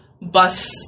Bus